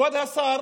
כבוד השר,